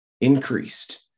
increased